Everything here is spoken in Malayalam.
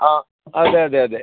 ആ അതെ അതെ അതെ